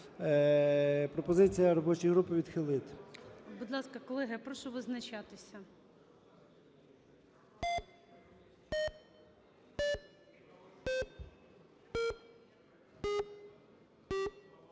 пропозиція робочої групи відхилити. ГОЛОВУЮЧИЙ. Будь ласка, колеги, я прошу визначатися.